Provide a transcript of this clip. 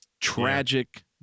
tragic